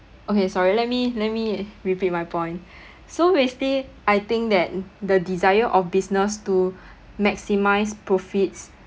okay sorry let me let me repeat my point so basically I think that the desire of business to maximise profits